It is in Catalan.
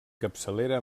capçalera